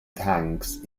tanks